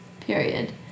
Period